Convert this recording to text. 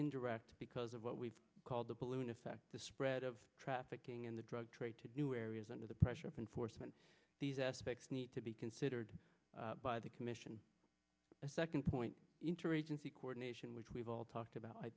indirect because of what we've called the balloon effect the spread of trafficking in the drug trade to new areas under the pressure of enforcement these aspects need to be considered by the commission a second point interagency coordination which we've all talked about i